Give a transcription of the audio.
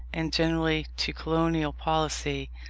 and generally to colonial policy,